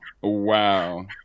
Wow